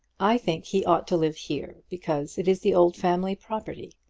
i think he ought to live here because it is the old family property.